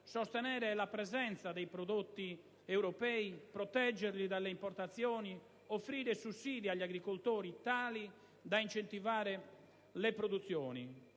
sostenere la presenza dei prodotti europei e proteggerli dalle importazioni e offrire sussidi agli agricoltori tali da incentivare le produzioni.